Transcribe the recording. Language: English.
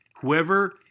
Whoever